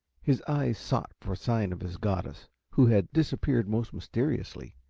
his eyes sought for sign of his goddess, who had disappeared most mysteriously.